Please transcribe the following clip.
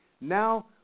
Now